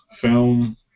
film